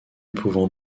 pouvant